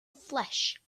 flesh